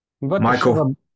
Michael